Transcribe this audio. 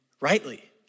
rightly